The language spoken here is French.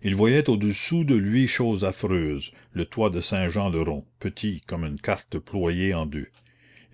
il voyait au-dessous de lui chose affreuse le toit de saint jean le rond petit comme une carte ployée en deux